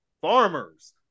farmers